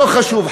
לא חשוב,